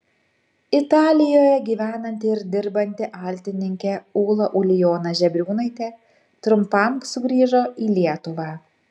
italijoje gyvenanti ir dirbanti altininkė ūla ulijona žebriūnaitė trumpam sugrįžo į lietuvą